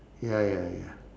ya ya ya